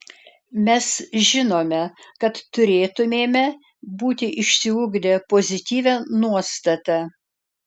mes žinome kad turėtumėme būti išsiugdę pozityvią nuostatą